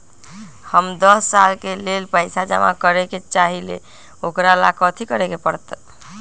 हम दस साल के लेल पैसा जमा करे के चाहईले, ओकरा ला कथि करे के परत?